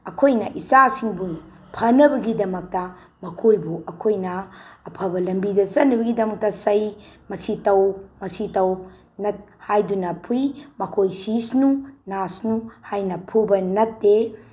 ꯑꯩꯈꯣꯏꯅ ꯏꯆꯥꯁꯤꯡꯕꯨ ꯐꯅꯕꯒꯤꯗꯃꯛꯇ ꯃꯈꯣꯏꯕꯨ ꯑꯩꯈꯣꯏꯅ ꯑꯐꯕ ꯂꯝꯕꯤꯗ ꯆꯠꯅꯕꯒꯤꯗꯃꯛꯇ ꯆꯩ ꯃꯁꯤ ꯇꯧ ꯃꯁꯤ ꯇꯧ ꯍꯥꯏꯗꯨꯅ ꯐꯨꯏ ꯃꯈꯣꯏ ꯁꯤꯁꯅꯨ ꯅꯥꯁꯅꯨ ꯍꯥꯏꯅ ꯐꯨꯕ ꯅꯠꯇꯦ